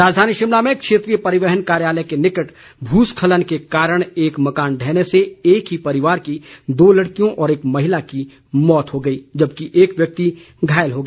राजधानी शिमला में क्षेत्रीय परिवहन कार्यालय के निकट भूस्खलन के कारण एक मकान ढहने से एक ही परिवार की दो लड़कियों व एक महिला की मौत हो गई जबकि एक व्यक्ति घायल हो गया